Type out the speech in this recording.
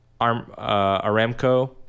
Aramco